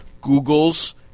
Google's